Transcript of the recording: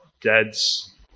dad's